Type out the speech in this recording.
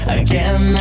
again